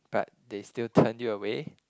but they still turn you away